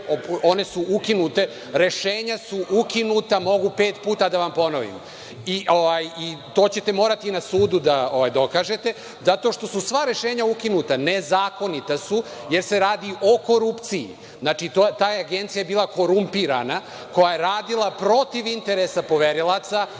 dobacuje.)Rešenja su ukinuta. Mogu pet puta da vam ponovim i to ćete morati da sudu da dokažete zato što su sva rešenja ukinuta, nezakonita su, jer se radi o korupciji. Ta agencija je bila korumpirana, koja je radila protiv interesa poverilaca.